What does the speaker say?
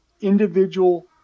individual